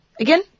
Again